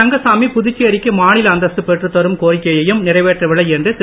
ரங்கசாமி புதுச்சேரி க்கு மாநில அந்தஸ்து பெற்றுத் தரும் கோரிக்கையையும் நிறைவேற்றவில்லை என்று திரு